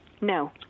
No